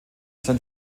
sein